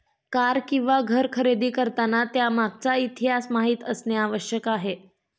car किंवा घर खरेदी करताना त्यामागचा इतिहास माहित असणे आवश्यक आहे